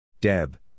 Deb